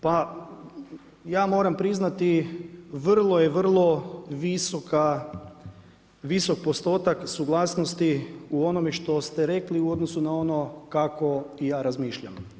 Pa ja moram priznati vrlo je vrlo visok postotak suglasnosti u onome što ste rekli u odnosu na ono kako i ja razmišljam.